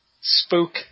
Spook